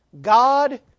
God